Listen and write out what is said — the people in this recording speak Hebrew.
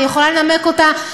אני יכולה לנמק אותה.